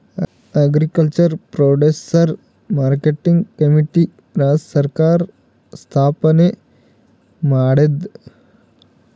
agriculture producer marketing committee ರಾಜ್ಯ ಸರ್ಕಾರ್ ಸ್ಥಾಪನೆ ಮಾಡ್ಯಾದ